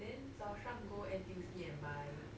then 早上 go N_T_U_C and buy